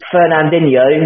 Fernandinho